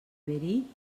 verí